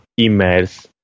emails